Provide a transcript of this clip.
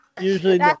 usually